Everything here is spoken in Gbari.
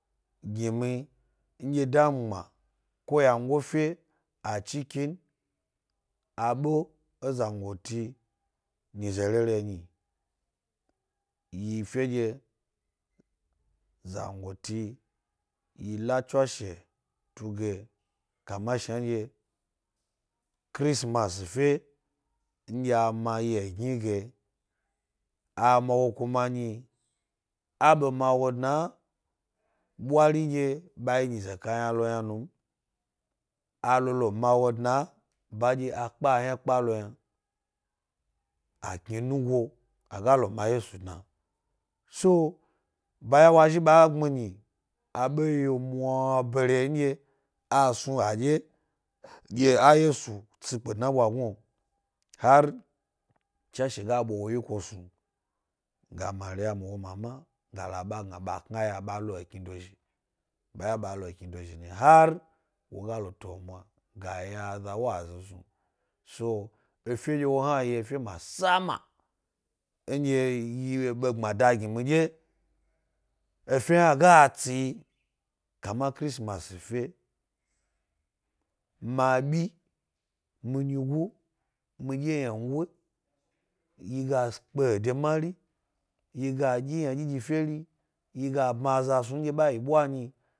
Sgi me ndye da mi gma ko wyango fe aaccikin abe e zangoti nyize rere zhin fen dye zangoti la tswashe tu ga, kama sandjee crisimasife nɗye mayi egni ge a ma wo kuma nyi a be ma wo dna bwarin dye ba yi nyize kayna lo yna num. a lo lo ma wo ɗna bandye a pka a ynapka lo yna, a kninu go, a ga lo ma yesu so, bayen wa zhin ba gbmi nyi abe yeo mwa bere ndye a snu adye ddye a yesu tsipke dna ɓwagu’o her tswashe ga bwa wo isko snug ma mariyamu, ga gna ba knaya ba lo ethi dozhi, ba ga lo hr wotni ga lo to mwa ga lo zna ga snu aza wazi so efe nɗye yi be gbmada gi midye efe ina ga tsi, kama crismaasi fe ma mi byigo midye ynango yi ga pke ede mari, dyi ynadyi ge feri yiga pma aza snu ndye ba yi ɓwa nyi ge.